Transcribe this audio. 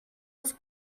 els